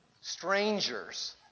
strangers